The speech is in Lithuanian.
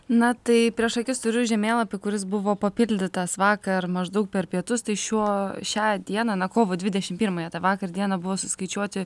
na tai prieš akis turiu žemėlapį kuris buvo papildytas vakar maždaug per pietus tai šiuo šią dieną na kovo dvidešim pirmąją tą vakar dieną buvo suskaičiuoti